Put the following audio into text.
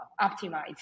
optimize